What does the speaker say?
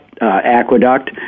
aqueduct